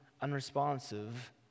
unresponsive